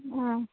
ആ